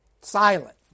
Silent